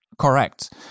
correct